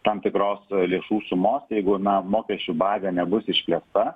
tam tikros lėšų sumos jeigu na mokesčių bazė nebus išplėsta